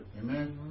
Amen